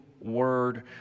word